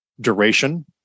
duration